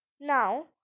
Now